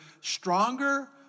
stronger